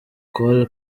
col